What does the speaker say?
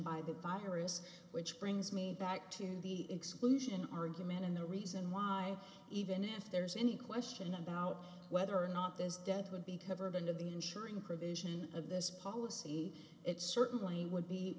by the virus which brings me back to the exclusion argument and the reason why even if there's any question about whether or not this debt would be covered and of the insuring provision of this policy it certainly would be